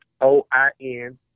O-I-N